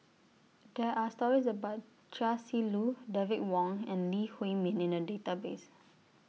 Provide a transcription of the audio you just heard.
There Are stories about Chia Si Lu David Wong and Lee Huei Min in The Database